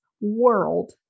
world